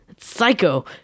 psycho